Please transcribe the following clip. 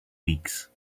weeks